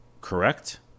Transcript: correct